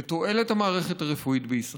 לתועלת המערכת הרפואית בישראל.